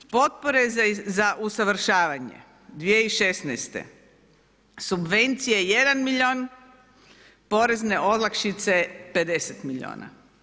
Potpore za usavršavanje 2016. subvencije 1 milijun, porezne olakšice 50 milijuna.